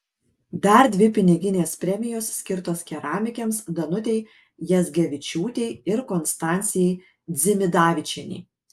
dar dvi piniginės premijos skirtos keramikėms danutei jazgevičiūtei ir konstancijai dzimidavičienei